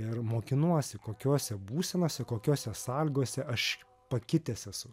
ir mokinuosi kokiose būsenose kokiose sąlygose aš pakitęs esu